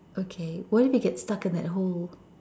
okay what if you get stuck in that hole